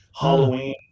Halloween